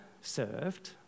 served